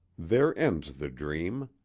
there ends the dream.